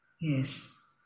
yes